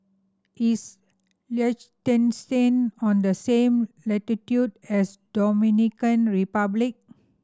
is Liechtenstein on the same latitude as Dominican Republic